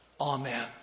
Amen